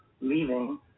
leaving